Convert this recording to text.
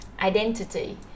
identity